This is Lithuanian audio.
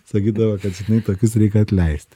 sakydavo kad žinai tokius reiki atleist